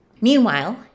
Meanwhile